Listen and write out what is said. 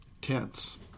Tense